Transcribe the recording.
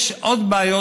יש עוד בעיות.